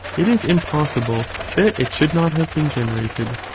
it is impossible that it should not have been generated,